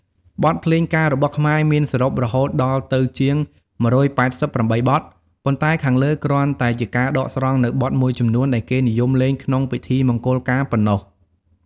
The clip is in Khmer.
បទភ្លេងការរបស់ខ្មែរមានសរុបរហូតដល់ទៅជាង១៨៨បទ ប៉ុន្តែខាងលើគ្រាន់តែជាការដកស្រង់នូវបទមួយចំនួនដែលគេនិយមលេងក្នុងពិធីមង្គលការប៉ុណ្ណោះ។